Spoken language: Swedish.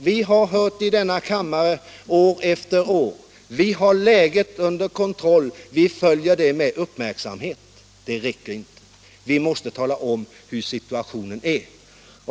Vi har hört i denna kammare år efter år att man har läget under kontroll, att man följer det med uppmärksamhet. Det räcker inte. Vi måste tala om hur situationen är.